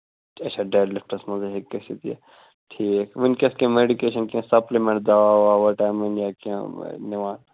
اَچھا deadlifts منٛز ہٮ۪کہِ گٔژھِتھ یہِ ٹھیٖک ؤنکٮ۪س کیٚنٛہہ میڈِکیشن کیٚنٛہہ سَپلِمٮ۪نٹ دَوا وَوا وِٹامِن یا کیٚنٛہہ نِوان